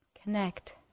Connect